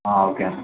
okay అన్న